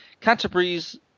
canterbury's